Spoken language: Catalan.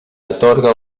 atorga